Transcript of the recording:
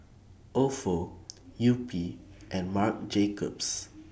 Ofo Yupi and Marc Jacobs